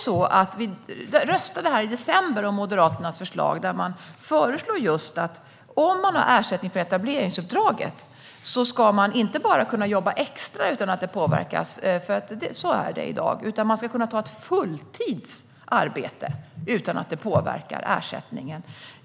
Vi röstade i december om Moderaternas förslag som innebar att om man har ersättning från etableringsuppdraget ska man inte bara kunna jobba extra utan att det påverkas - så är det i dag - utan man ska även kunna ta ett fulltidsarbete utan att det påverkar ersättningen.